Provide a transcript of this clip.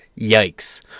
Yikes